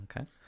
okay